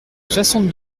soixante